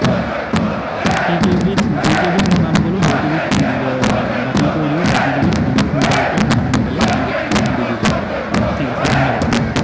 হয় সেইকেইবিধ যিকেইবিধ মই নাম ক'লোঁ সেই কেইবিধ বাতিল কৰি দিব বাকী কেইবিধ যিমান সোনকালে পাৰে সিমান সোনকালে তেন্তে দি দিব ঠিক আছে ধন্যবাদ